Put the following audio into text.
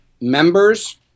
members